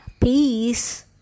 peace